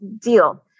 deal